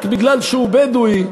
רק כי הוא בדואי,